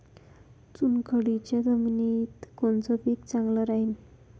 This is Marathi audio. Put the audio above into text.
चुनखडीच्या जमिनीत कोनचं पीक चांगलं राहीन?